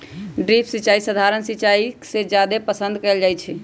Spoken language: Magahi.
ड्रिप सिंचाई सधारण सिंचाई से जादे पसंद कएल जाई छई